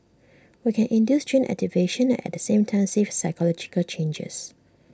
we can induce gene activation at the same time see physiological changes